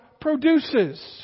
produces